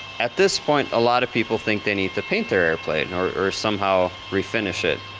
at this point, a lot of people think they need to paint their airplane or somehow refinish it.